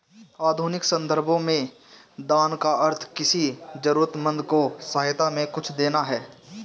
आधुनिक सन्दर्भों में दान का अर्थ किसी जरूरतमन्द को सहायता में कुछ देना है